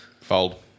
Fold